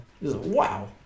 Wow